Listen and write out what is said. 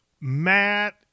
Matt